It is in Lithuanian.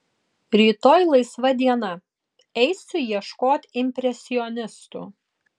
rytoj laisva diena eisiu ieškot impresionistų